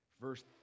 Verse